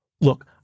Look